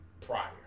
prior